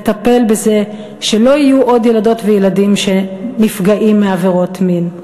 לטפל בזה שלא יהיו עוד ילדות וילדים שנפגעים מעבירות מין?